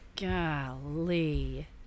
Golly